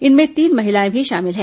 इनमें तीन महिलाएं भी शामिल हैं